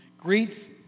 Greet